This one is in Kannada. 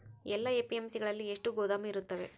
ಎಲ್ಲಾ ಎ.ಪಿ.ಎಮ್.ಸಿ ಗಳಲ್ಲಿ ಎಷ್ಟು ಗೋದಾಮು ಇರುತ್ತವೆ?